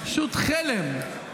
פשוט חלם.